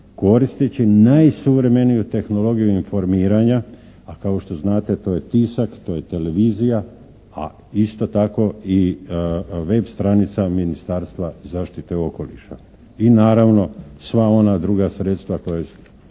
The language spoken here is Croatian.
koristeći najsuvremeniju tehnologiju informiranja, a kao što znate to je tisak, to je televizija, a isto tako i web stranica Ministarstva zaštite okoliša i naravno sva ona druga sredstva koja stoje